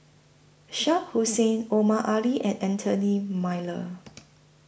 Shah Hussain Omar Ali and Anthony Miller